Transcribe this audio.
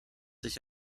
sich